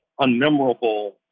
unmemorable